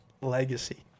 Legacy